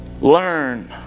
Learn